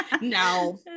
No